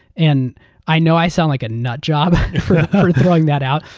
and i know i sound like a nut job for throwing that out,